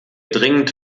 dringend